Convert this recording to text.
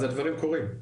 אז הדברים קורים.